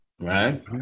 Right